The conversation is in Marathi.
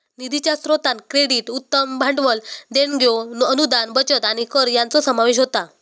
निधीच्या स्रोतांत क्रेडिट, उद्यम भांडवल, देणग्यो, अनुदान, बचत आणि कर यांचो समावेश होता